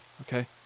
okay